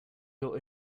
your